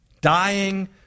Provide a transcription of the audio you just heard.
Dying